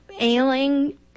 ailing